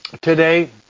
today